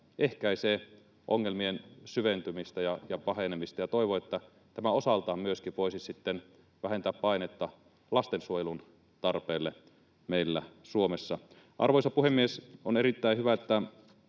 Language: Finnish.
ehkäisee ongelmien syventymistä ja pahenemista, ja toivon, että tämä osaltaan voisi sitten myöskin vähentää painetta lastensuojelun tarpeelle meillä Suomessa. Arvoisa puhemies! On erittäin hyvä,